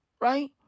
right